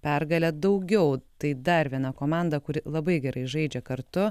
pergale daugiau tai dar viena komanda kuri labai gerai žaidžia kartu